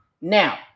Now